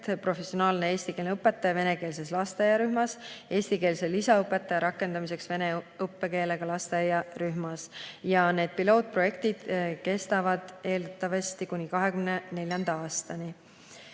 "Professionaalne eestikeelne õpetaja [vene õppekeelega rühmas]" eestikeelse lisaõpetaja rakendamiseks vene õppekeelega lasteaiarühmas ja need pilootprojektid kestavad eeldatavasti kuni 2024. aastani.